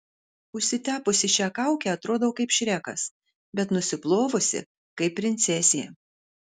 užsitepusi šią kaukę atrodau kaip šrekas bet nusiplovusi kaip princesė